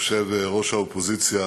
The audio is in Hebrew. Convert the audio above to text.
יושב-ראש האופוזיציה